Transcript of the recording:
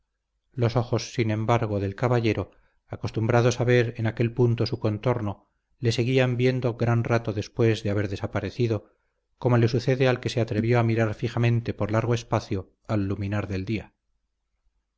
los ojos sin embargo del caballero acostumbrados a ver en aquel punto su contorno le seguían viendo gran rato después de haber desaparecido como le sucede al que se atrevió a mirar fijamente por largo espacio al luminar del día